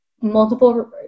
multiple